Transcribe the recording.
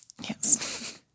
Yes